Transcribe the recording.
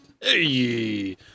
hey